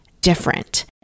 different